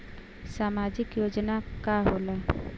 सामाजिक योजना का होला?